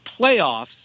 playoffs